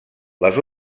les